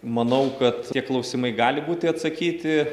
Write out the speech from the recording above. manau kad tie klausimai gali būti atsakyti